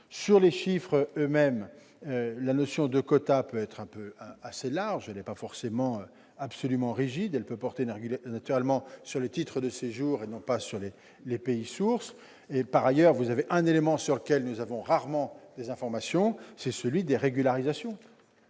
Sur les chiffres eux-mêmes, la notion de quota peut être assez large ; elle n'est pas forcément absolument rigide. Elle peut porter naturellement sur les titres de séjour, et non pas sur les pays sources. Par ailleurs, s'il est un élément sur lequel nous avons rarement des informations, c'est celui des régularisations.